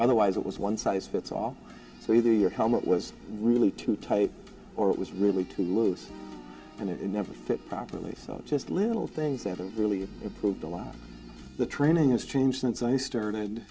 otherwise it was one size fits all so either your helmet was really too tight or it was really too loose and it never fit properly so just little things that are really improved a lot the training has changed since i started